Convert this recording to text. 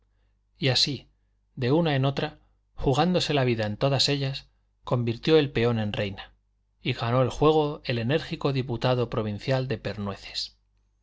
y así de una en otra jugándose la vida en todas ellas convirtió el peón en reina y ganó el juego el enérgico diputado provincial de pernueces